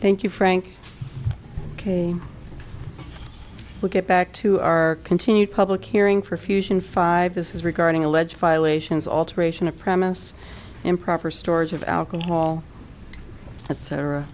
thank you frank ok we'll get back to our continued public hearing for fusion five this is regarding alleged violations alteration of promise improper storage of alcohol